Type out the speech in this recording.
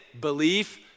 belief